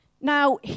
Now